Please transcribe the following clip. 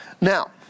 Now